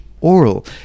oral